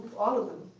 all of them.